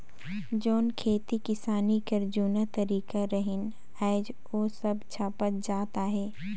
जेतना खेती किसानी कर जूना तरीका रहिन आएज ओ सब छपत जात अहे